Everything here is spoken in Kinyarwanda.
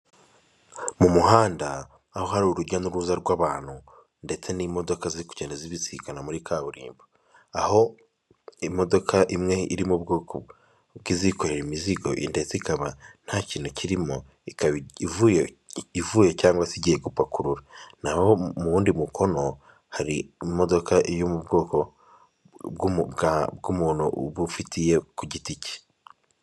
Mu muhanda aho hari urujya n'uruza rw'abantu ndetse n'imodoka ziri kugenda zibizikana muri kaburimbo. Aho imodoka imwe irimo ubwoko bw'izikorera imizigo ndetse ikaba nta kintu kirimo Ikaba ivuye cyangwa se igiye gupakurura, naho mu wundi mukono hari imodoka iri mu bwoko bw'umuntu ufite iye ku giti cye.